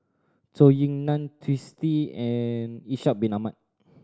Zhou Ying Nan Twisstii and Ishak Bin Ahmad